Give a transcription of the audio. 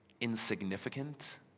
insignificant